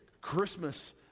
Christmas